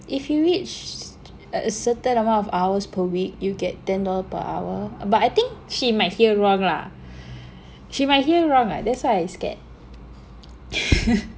if you reach a certain amount of hours per week you get ten dollar per hour but I think she might hear wrong lah she might hear wrong [what] that's why I scared